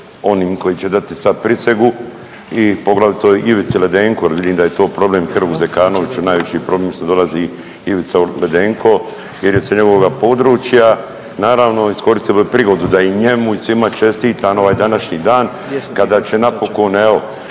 onim koji će dati sad prisegu i poglavito Ivici Ledenku jer vidim da je to problem Hrvoju Zekanoviću, najveći problem što dolazi Ivica Ledenko jer je s njegovoga područja. Naravno iskoristio bi ovu prigodu da i njemu i svima čestitam ovaj današnji dan kada će napokon evo